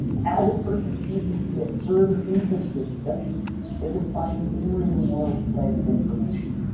as a person chooses to get further into the discussion they can find more and more layers of information